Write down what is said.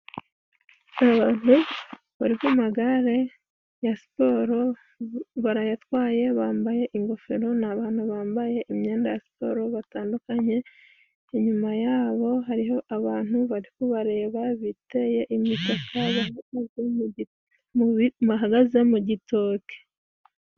Abantu bari ku magare ya siporo barayatwaye bambaye ingofero. Ni abantu bambaye imyenda ya siporo batandukanye. Inyuma yabo hariho abantu bari kubareba biteye imitaka bahagaze mu gitoke.